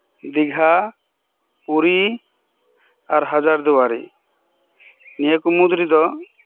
ᱫᱤᱜᱷᱟ ᱯᱩᱨᱤ ᱟᱨ ᱦᱟᱡᱟᱨ ᱫᱩᱣᱟᱹᱨᱤ ᱱᱚᱭᱟᱹᱠᱚ ᱢᱩᱫᱽ ᱨᱮᱫᱚ